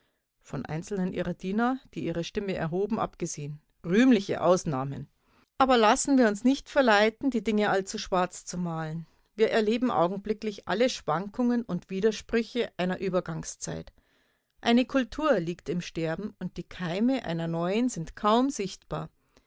von einzelnen ihrer diener die ihre stimme erhoben abgesehen rühmliche ausnahmen aber lassen wir uns nicht verleiten die dinge allzu schwarz zu malen wir erleben augenblicklich alle schwankungen und widersprüche einer übergangszeit eine kultur liegt im sterben und die keime einer neuen sind kaum sichtbar